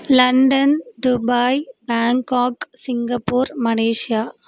London Dubai Bangkok Singapore Malaysia